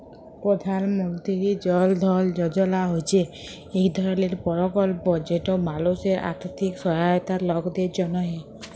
পধাল মলতিরি জল ধল যজলা হছে ইক ধরলের পরকল্প যেট মালুসের আথ্থিক সহায়তার লকদের জ্যনহে